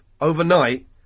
overnight